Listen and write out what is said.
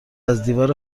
ازدیوار